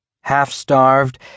half-starved